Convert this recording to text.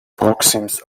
proxims